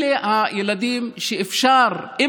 אלה הילדים שאפשר להחזיר,